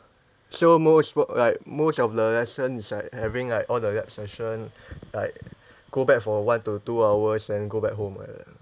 so most like most of the lesson is like having like all the lab session like go back for one to two hours then go back home like that